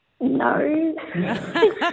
No